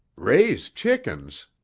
raise chickens!